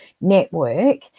network